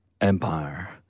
EMPIRE